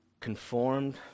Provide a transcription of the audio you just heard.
conformed